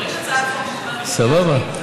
כבר הסכמנו, סבבה.